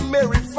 Mary